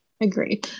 agree